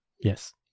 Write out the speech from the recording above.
yes